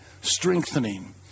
strengthening